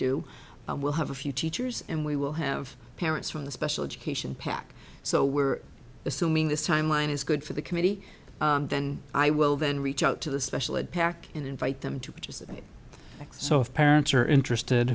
do we'll have a few teachers and we will have parents from the special education pack so we're assuming this timeline is good for the committee then i will then reach out to the special ed pack and invite them to participate thanks so if parents are interested